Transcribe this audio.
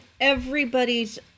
everybody's